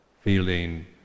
Feeling